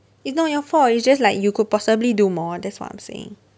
it's not your fault it's just like you could possibly do more that's what I'm saying